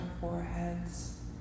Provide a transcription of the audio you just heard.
foreheads